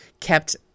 kept